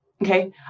Okay